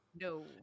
No